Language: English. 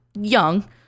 young